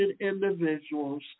individuals